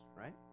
right